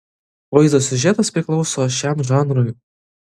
vaizdo siužetas priklauso šiam žanrui